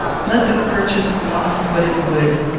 let the purchase cost what it would,